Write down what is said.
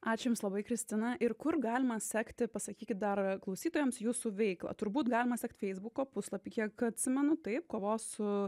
aš jums labai kristina ir kur galima sekti pasakykit dar klausytojams jūsų veiklą turbūt galima sekt feisbuko puslapyje ką atsimenu taip kovos su